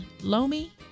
Lomi